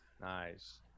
Nice